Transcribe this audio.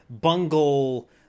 bungle